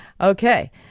Okay